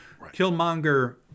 killmonger